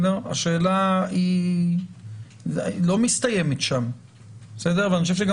השאלה לא מסתיימת שם ואני חושב שגם